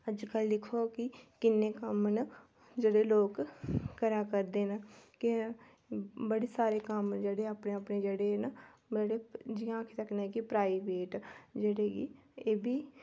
अजकल दिक्खो कि किन्ने कम्म न जेह्ड़े लोक करा करदे न के बड़े सारे कम्म जेह्ड़े अपने अपने जेह्ड़े न जि'या अस आक्खी सकने आं कि प्राइवेट जेह्ड़े कि एह् बी